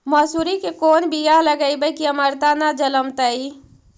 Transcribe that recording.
मसुरी के कोन बियाह लगइबै की अमरता न जलमतइ?